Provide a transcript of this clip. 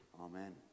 amen